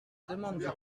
demande